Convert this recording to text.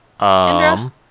kendra